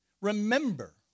Remember